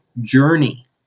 journey